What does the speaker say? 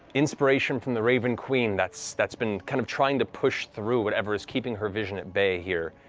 inspiration from the raven queen that's that's been kind of trying to push through whatever is keeping her vision at bay here.